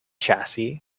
chassis